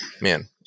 man